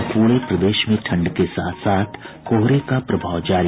और पूरे प्रदेश में ठंड के साथ साथ कोहरे का प्रभाव जारी